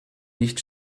nicht